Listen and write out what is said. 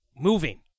moving